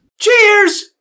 Cheers